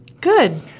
Good